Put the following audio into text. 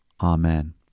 amen